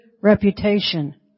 reputation